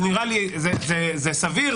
זה סביר.